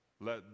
Let